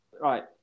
Right